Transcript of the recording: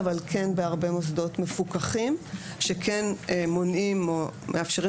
אבל הם בהרבה מוסדות מפוקחים שמונעים או מאפשרים